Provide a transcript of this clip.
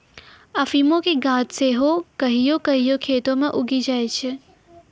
अफीमो के गाछ सेहो कहियो कहियो खेतो मे उगी जाय छै